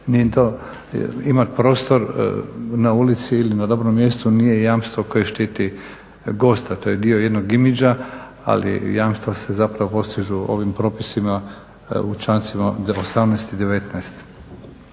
imati prostor na ulici ili na dobrom mjestu nije jamstvo koje štiti gosta, to je dio jednog imiđa ali jamstva se zapravo postižu ovim propisima u člancima 18. i 19.